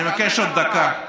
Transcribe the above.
אני מבקש עוד דקה.